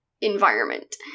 environment